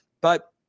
But-